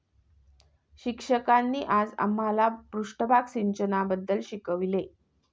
शिक्षकांनी आज आम्हाला पृष्ठभाग सिंचनाबद्दल शिकवले